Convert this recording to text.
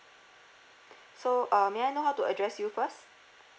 so uh may I know how to address you first